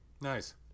Nice